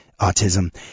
autism